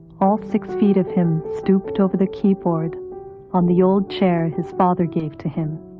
all six feet of him stooped over the keyboard on the old chair his father gave to him.